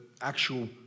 actual